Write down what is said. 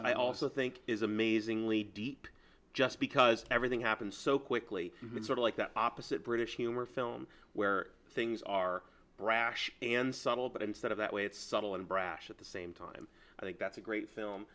and i also think is amazingly deep just because everything happened so quickly and sort of like the opposite british humor film where things are brash and subtle but instead of that way it's subtle and brash at the same time i think that's a great film